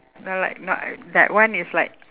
no like not that one is like